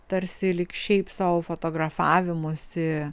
tarsi lyg šiaip sau fotografavimusi